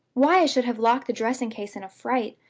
why i should have locked the dressing-case in a fright,